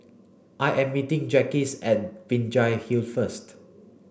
I am meeting Jacquez at Binjai Hill first